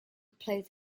played